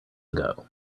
ago